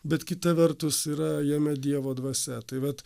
bet kita vertus yra jame dievo dvasia tai vat